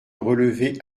relever